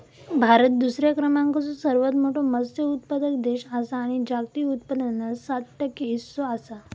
भारत दुसऱ्या क्रमांकाचो सर्वात मोठो मत्स्य उत्पादक देश आसा आणि जागतिक उत्पादनात सात टक्के हीस्सो आसा